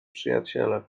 przyjaciele